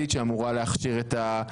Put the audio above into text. שימו לב לקיזוזים, שלא תהיה פה טעות.